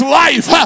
life